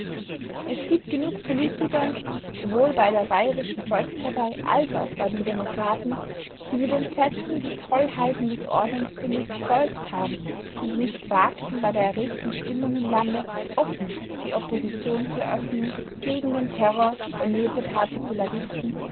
es gibt genug politiker sowohl bei der bayerischen volkspartei als auch bei den demokraten die mit entsetzen die tollheiten des ordnungsfimmels verfolgt haben und nicht wagten bei der erregten stimmung im lande offen die opposition zu eröffnen gegen den terror bornierter partikularisten